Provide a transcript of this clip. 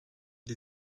die